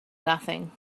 nothing